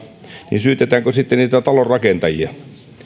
niin syytetäänkö sitten niitä talorakentajia